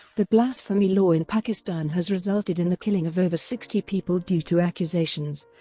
the blasphemy law in pakistan has resulted in the killing of over sixty people due to accusations,